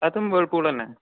അതും വെൾപൂൾ തന്നെ